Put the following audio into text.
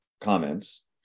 comments